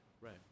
right